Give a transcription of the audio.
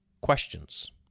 questions